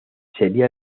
sería